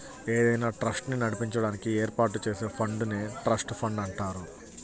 ఏదైనా ట్రస్ట్ ని నడిపించడానికి ఏర్పాటు చేసే ఫండ్ నే ట్రస్ట్ ఫండ్ అంటారు